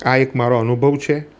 આ એક મારો અનુભવ છે